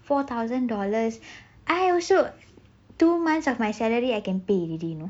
four thousand dollars I also two months of my salary I can pay already you know